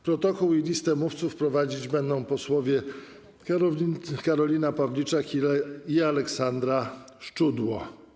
Protokół i listę mówców prowadzić będą posłowie Karolina Pawliczak i Aleksandra Szczudło.